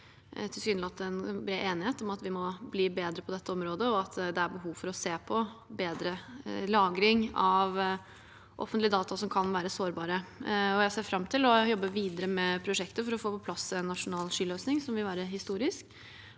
tilsynelatende er bred enighet om at vi må bli bedre på dette området, og at det er behov for å se på bedre lagring av offentlige data som kan være sårbare. Jeg ser fram til å jobbe videre med prosjektet for å få på plass en nasjonal skyløsning – som vil være historisk,